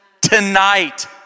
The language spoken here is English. tonight